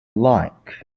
like